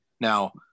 Now